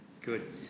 Good